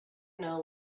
know